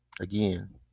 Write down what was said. Again